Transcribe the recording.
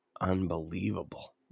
unbelievable